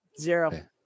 Zero